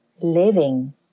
living